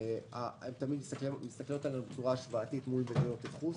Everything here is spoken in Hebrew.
הן תמיד מסתכלות עלינו בצורה השוואתית מול מדינות ייחוס.